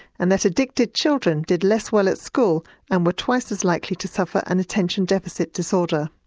and that addicted children did less well at school and were twice as likely to suffer an attention deficit disorder.